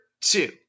two